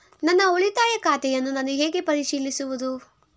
ನನ್ನ ಉಳಿತಾಯ ಖಾತೆಯನ್ನು ನಾನು ಹೇಗೆ ಪರಿಶೀಲಿಸುವುದು?